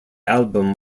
album